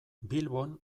bilbon